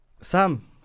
Sam